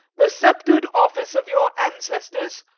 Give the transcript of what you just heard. the scepter'd office of your ancestors,